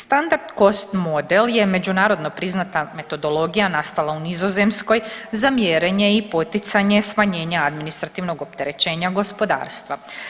Standard Cost Model je međunarodno priznata metodologija nastala u Nizozemskoj za mjerenje i poticanje smanjenja administrativnog opterećenja gospodarstva.